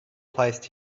placed